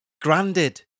Granted